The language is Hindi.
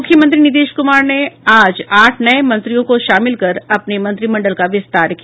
मुख्यमंत्री नीतीश कुमार ने आज आठ नये मंत्रियों को शामिल कर अपने मंत्रिमंडल का विस्तार किया